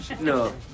No